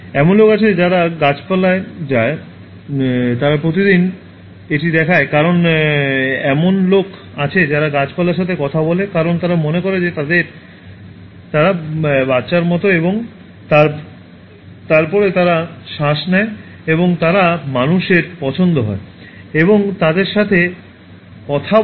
এমন লোক আছে যারা গাছপালায় যায় তারা প্রতিদিন এটি দেখায় কারণ এমন লোক আছে যারা গাছপালার সাথে কথা বলে কারণ তারা মনে করে যে তারা তাদের বাচ্চার মতো এবং তারপরে তারা শ্বাস নেয় এবং তারা মানুষের পছন্দ হয় এবং তাদের সাথে কথা বলে